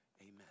amen